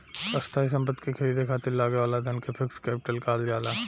स्थायी सम्पति के ख़रीदे खातिर लागे वाला धन के फिक्स्ड कैपिटल कहल जाला